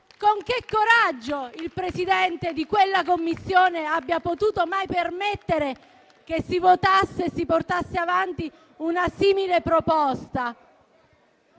con quale coraggio il Presidente di quella Commissione abbia potuto mai permettere che si votasse e si portasse avanti una simile proposta.